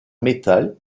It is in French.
métal